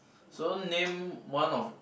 so name one of